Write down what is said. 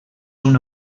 una